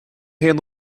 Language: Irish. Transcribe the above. haon